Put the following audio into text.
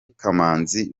kamanzi